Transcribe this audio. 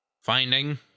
finding